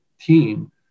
team